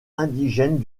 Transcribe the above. indigènes